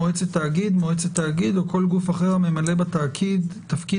"מועצת תאגיד" מועצת תאגיד או כל גוף אחר הממלא בתאגיד תפקיד